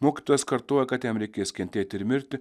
mokytojas kartoja kad jam reikės kentėti ir mirti